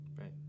right